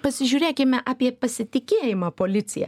pasižiūrėkime apie pasitikėjimą policija